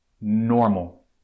normal